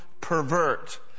pervert